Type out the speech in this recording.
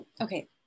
okay